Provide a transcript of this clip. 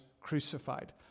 crucified